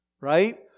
right